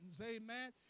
amen